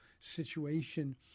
situation